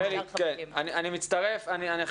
לא